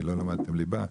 כי לא למדתם ליבה.